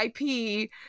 IP